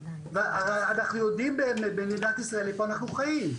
אנחנו יודעים במדינת ישראל איפה אנחנו חיים.